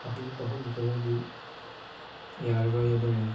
ꯍꯧꯖꯤꯛ ꯀꯛꯍꯧꯗ꯭ꯔꯒꯗꯤ ꯌꯥꯔꯔꯣꯏ ꯑꯗꯨꯅ